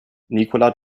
nicola